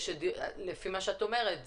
לפי מה שאת אומרת,